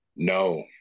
no